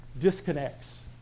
disconnects